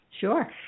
Sure